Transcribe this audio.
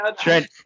Trent